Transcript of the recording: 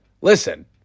listen